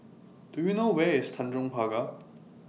Do YOU know Where IS Tanjong Pagar